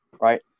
right